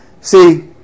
See